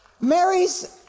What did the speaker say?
mary's